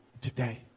today